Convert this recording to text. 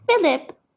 Philip